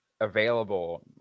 available